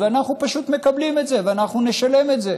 ואנחנו פשוט מקבלים את זה ואנחנו נשלם את זה.